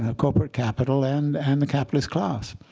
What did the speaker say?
ah corporate capital and and the capitalist class.